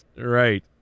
right